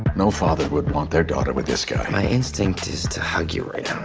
no father would want their daughter with this guy. my instinct is to hug you right